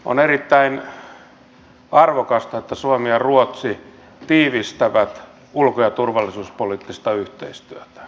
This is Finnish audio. on erittäin arvokasta että suomi ja ruotsi tiivistävät ulko ja turvallisuuspoliittista yhteistyötä